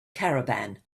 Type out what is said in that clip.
caravan